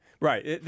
Right